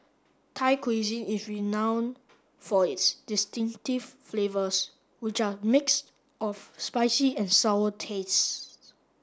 Thai Cuisine is renowned for its distinctive flavours which are mix of spicy and sour tastes